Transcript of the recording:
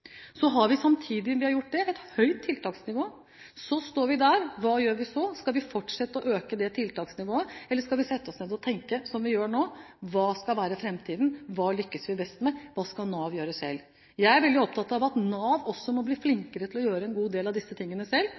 Samtidig har vi et høyt tiltaksnivå. Så står vi der, og hva gjør vi så? Skal vi fortsette å øke tiltaksnivået, eller skal vi sette oss ned og tenke, som vi gjør nå, hva skal være framtiden, hva lykkes vi best med, hva skal Nav gjøre selv? Jeg er veldig opptatt av at Nav også må bli flinkere til å gjøre en god del av disse tingene selv